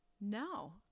No